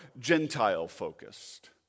Gentile-focused